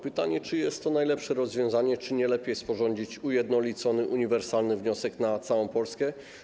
Pytanie, czy jest to najlepsze rozwiązanie, czy nie lepiej sporządzić ujednolicony, uniwersalny wniosek na całą Polskę?